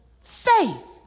faith